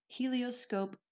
helioscope